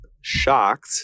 shocked